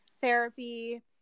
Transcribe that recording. therapy